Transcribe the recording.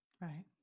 Right